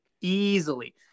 Easily